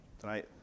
Tonight